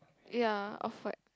ya off white